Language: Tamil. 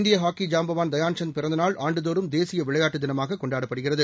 இந்திய ஹாக்கி ஜாம்பவான் தயான்சந்த் பிறந்தநாள் ஆண்டுதோறும் தேசிய விளையாட்டு தினமாக கொண்டாடப்படுகிறது